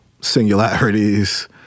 singularities